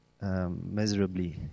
miserably